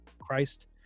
christ